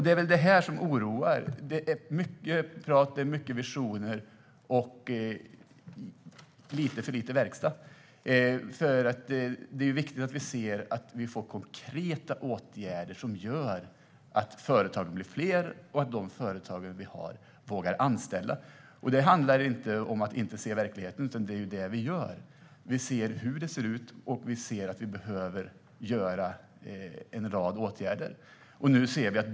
Det är detta som oroar. Det är mycket prat och visioner, och det är lite för lite verkstad. Det är viktigt med konkreta åtgärder som gör att företagen blir fler och att de företagen vågar anställa. Det handlar inte om att inte se verkligheten, utan det är ju det vi gör. Vi ser hur det ser ut, och vi ser att det behövs en rad åtgärder.